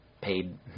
paid